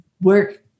work